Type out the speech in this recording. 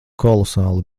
kolosāli